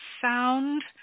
sound